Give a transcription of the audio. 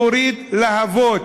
להוריד להבות.